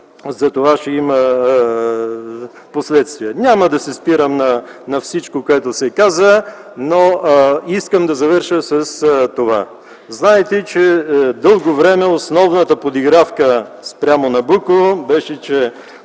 това ще има последствия? Няма да се спирам на всичко, което се каза, но искам да завърша с това: знаете, че дълго време основната подигравка спрямо „Набуко” беше, че